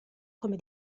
come